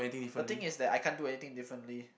the thing is that I can't do anything differently